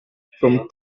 from